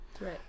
Right